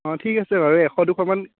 অ' ঠিক আছে বাৰু এশ দুশমান